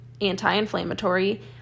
anti-inflammatory